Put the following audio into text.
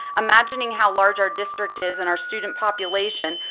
imagining how large our district is and our student population,